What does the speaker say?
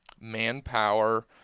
manpower